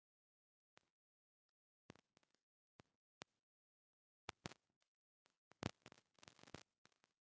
bulk tank dairy उद्योग के एकटा महत्वपूर्ण हिस्सा छियै